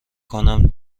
کنم